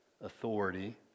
authority